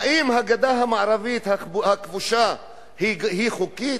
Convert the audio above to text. האם הגדה המערבית הכבושה היא חוקית?